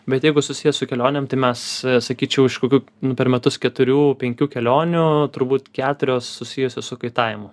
bet jeigu susiję su kelionėm tai mes sakyčiau iš kokių nu per metus keturių penkių kelionių turbūt keturios susijusios su kaitavimu